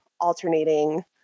alternating